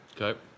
Okay